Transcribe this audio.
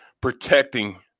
protecting